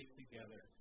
together